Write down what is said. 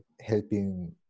helping